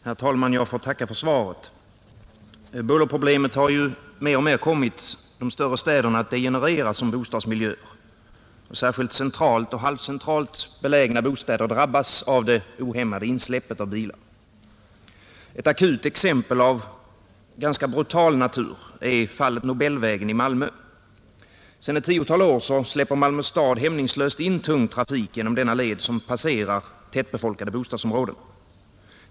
Herr talman! Jag får tacka för svaret. Bullerproblemet har mer och mer kommit de större städerna att degenerera som bostadsmiljöer. Särskilt centralt och halvcentralt belägna bostäder drabbas av det ohämmade insläppet av bilar. Ett akut exempel av ganska brutal natur är fallet Nobelvägen i Malmö. Sedan ett tiotal år släpper Malmö stad hämningslöst in tung trafik genom denna led, som passerar tätbefolkade bostadsområden.